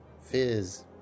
Fizz